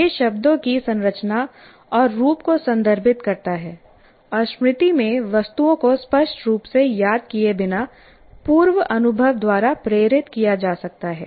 यह शब्दों की संरचना और रूप को संदर्भित करता है और स्मृति में वस्तुओं को स्पष्ट रूप से याद किए बिना पूर्व अनुभव द्वारा प्रेरित किया जा सकता है